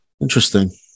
Interesting